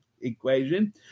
equation